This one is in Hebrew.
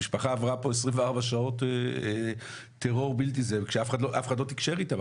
המשפחה עברה פה 24 שעות טרור כשאף אחד לא תקשר איתם,